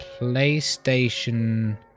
playstation